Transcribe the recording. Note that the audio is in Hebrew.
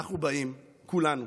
אנחנו באים כולנו